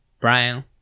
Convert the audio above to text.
Brown